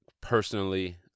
personally